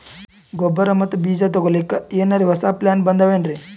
ಗೊಬ್ಬರ ಮತ್ತ ಬೀಜ ತೊಗೊಲಿಕ್ಕ ಎನರೆ ಹೊಸಾ ಪ್ಲಾನ ಬಂದಾವೆನ್ರಿ?